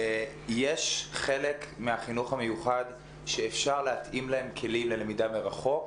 יש חלק מהחינוך המיוחד שאפשר להתאים להם כלים ללמידה מרחוק,